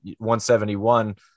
171